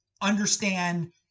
understand